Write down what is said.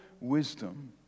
wisdom